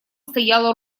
стояло